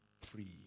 free